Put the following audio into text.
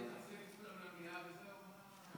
אדוני, למליאה וזהו.